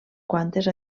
quantes